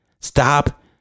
Stop